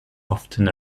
often